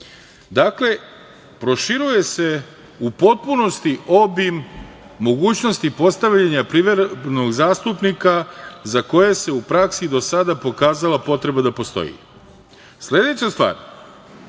proširuje se u potpunosti obim mogućnosti postavljanja privremenog zastupnika za koje se u praksi do sada pokazala potreba da postoji. Sledeća